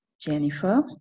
Jennifer